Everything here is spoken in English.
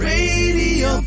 Radio